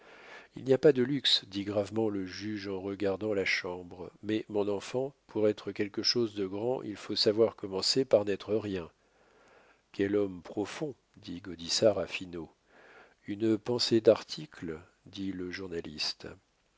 il n'y a pas de luxe dit gravement le juge en regardant la chambre mais mon enfant pour être quelque chose de grand il faut savoir commencer par n'être rien quel homme profond dit gaudissart à finot une pensée d'article dit le journaliste